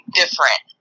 different